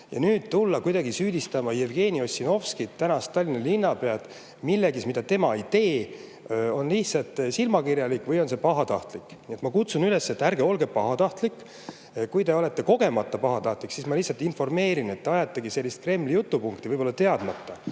ise. Tulla kuidagi süüdistama Jevgeni Ossinovskit, tänast Tallinna linnapead, milleski, mida tema ei tee, on lihtsalt silmakirjalik või siis pahatahtlik. Ma kutsun üles, et ärge olge pahatahtlik. Kui te olete kogemata pahatahtlik, siis ma lihtsalt informeerin, et te ajate sellist Kremli jutupunkti, võib-olla teadmata.